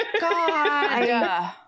god